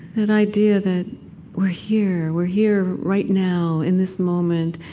an idea that we're here, we're here right now in this moment,